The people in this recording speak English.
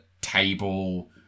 table